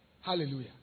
Hallelujah